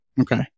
Okay